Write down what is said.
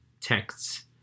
texts